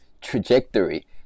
trajectory